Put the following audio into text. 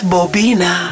Bobina